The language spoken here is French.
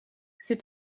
ces